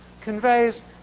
conveys